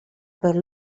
per